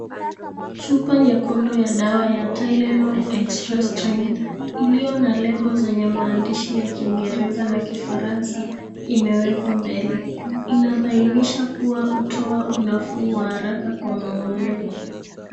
Chupa nyekundu ya dawa ya TYLENOL Extra Strength iliyona lebo zenye maandishi ya Kiingereza na Kifaransa imewekwa mbele. Inabainisha kuwa hutoa unafuu wa haraka kwa maumivu.